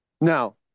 Now